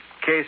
Case